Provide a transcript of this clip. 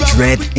Dread